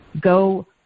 go